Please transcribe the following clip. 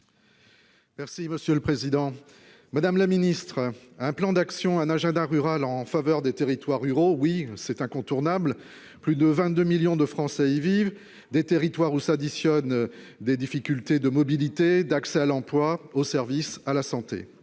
est à M. Hervé Gillé. Madame la ministre, un plan d'action et un agenda rural en faveur des territoires ruraux, oui, c'est incontournable : plus de 22 millions de Français vivent dans ces territoires, où s'additionnent les difficultés de mobilité et d'accès à l'emploi, aux services, à la santé.